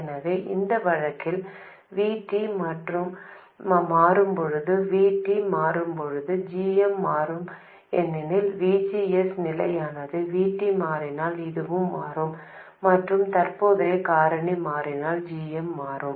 எனவே இந்த வழக்கில் V T மாறும்போது V T மாறும்போது g m மாறும் ஏனெனில் V G S நிலையானது V T மாறினால் இது மாறும் மற்றும் தற்போதைய காரணி மாறினால் g m மாறும்